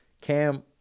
Cam